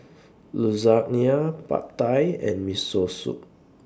Lasagna Pad Thai and Miso Soup